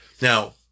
Now